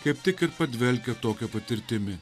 kaip tik ir padvelkia tokia patirtimi